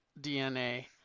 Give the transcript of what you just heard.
DNA